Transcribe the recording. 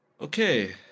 okay